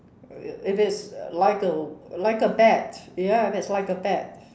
if it's like a like a bat ya if it's like a bat